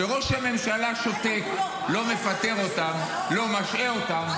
כשראש הממשלה שותק, לא מפטר אותם, לא משעה אותם,